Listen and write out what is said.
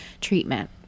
treatment